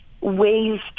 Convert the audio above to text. ways